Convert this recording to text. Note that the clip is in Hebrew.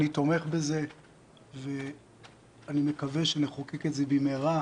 אני תומך בזה ומקווה שנחוקק את זה במהרה,